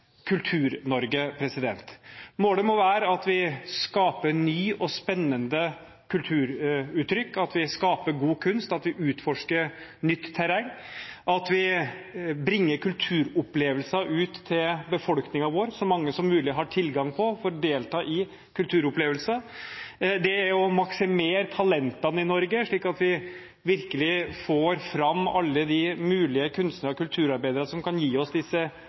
Målet må være at vi skaper nye og spennende kulturuttrykk, at vi skaper god kunst, at vi utforsker nytt terreng, at vi bringer kulturopplevelser ut til befolkningen vår, slik at så mange som mulig har tilgang på og får delta i kulturopplevelser. Målet er å maksimere talentene i Norge slik at vi virkelig får fram alle de mulige kunstnerne og kulturarbeiderne som kan gi oss disse